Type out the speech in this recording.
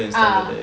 ah